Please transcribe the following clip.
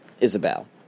Isabel